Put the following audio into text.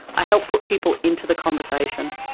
i helped put people into the conversation.